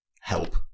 help